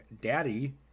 Daddy